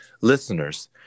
Listeners